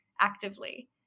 actively